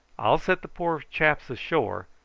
i'll set the poor chaps ashore,